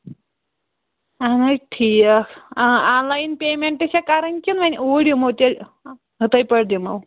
اہن حظ ٹھیٖک آ آن لایِن پیٚمیٚنٛٹ چھا کَرٕنۍ کِنۍ وۅنۍ اوٗرۍ یِمو تیٚلہِ یِتھَے پٲٹھۍ دِمو